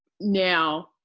Now